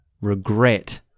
regret